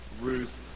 Ruth